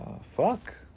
fuck